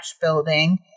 Building